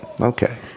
Okay